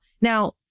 Now